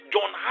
John